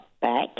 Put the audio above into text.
back